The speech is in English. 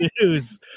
news